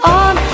on